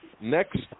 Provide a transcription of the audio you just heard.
next